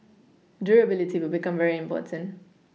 durability will become very important